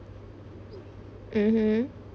mmhmm